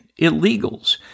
illegals